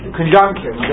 conjunction